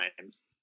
times